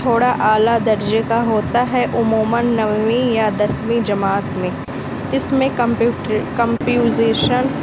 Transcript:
تھوڑا اعلیٰ درجے کا ہوتا ہے عموماً نویں یا دسویں جماعت میں اس میں کمپیوٹر کمپیوزیشن